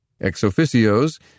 Ex-officios